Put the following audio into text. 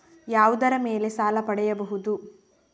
ಯಾವುದರ ಮೇಲೆ ಸಾಲ ಪಡೆಯಬಹುದು?